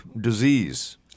disease